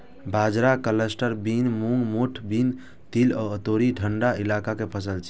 बाजरा, cluster bean, मूंग, मोठ बीन, तिल आ तोरी ठंढा इलाका के फसल छियै